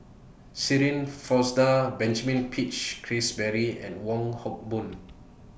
Shirin Fozdar Benjamin Peach Keasberry and Wong Hock Boon